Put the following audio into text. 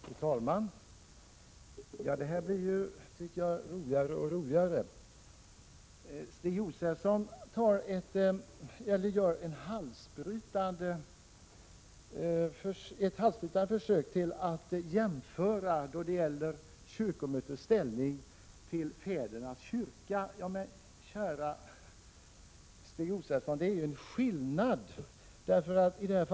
Fru talman! Det blir roligare och roligare, tycker jag. Stig Josefson gör ett halsbrytande försök att jämföra kyrkomötets ställningstagande med dess ställningstagande beträffande ”Fädernas kyrka”. Kära Stig Josefson!